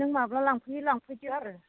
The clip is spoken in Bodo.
नों माब्ला लांफैयो लांफैदो आरो